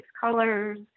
colors